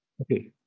Okay